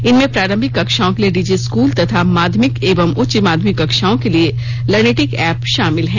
इनमें प्रारंभिक कक्षाओं के लिए डिजी स्कूल तथा माध्यमिक एवं उच्च माध्यमिक कक्षाओं के लिए लर्निटिक एप शामिल हैं